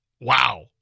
Wow